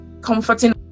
comforting